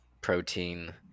protein